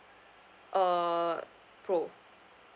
uh pro